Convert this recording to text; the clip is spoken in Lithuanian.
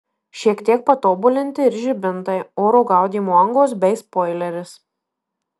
šiek tiek patobulinti ir žibintai oro gaudymo angos bei spoileris